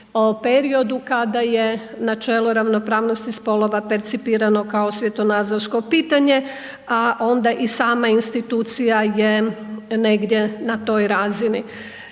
o periodu kada je načelo ravnopravnosti spolova percipirano kao svjetonazorsko pitanja a onda i sama institucija je negdje na toj razini.